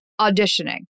auditioning